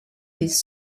this